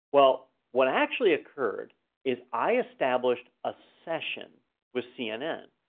well, what actually occurred is i established a session with cnn.